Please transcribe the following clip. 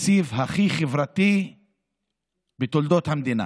התקציב הכי חברתי בתולדות המדינה.